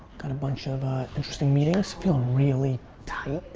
kind of bunch of ah interesting meetings. feeling really tight.